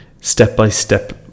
step-by-step